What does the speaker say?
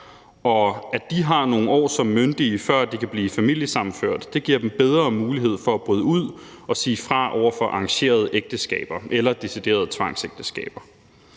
At de har nogle år som myndige, før de kan blive familiesammenført, giver dem bedre mulighed for at bryde ud og sige fra over for arrangerede ægteskaber eller deciderede tvangsægteskaber.